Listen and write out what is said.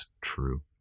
true